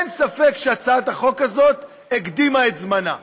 אין ספק שהצעת החוק הזאת הקדימה את זמנה.